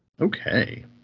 Okay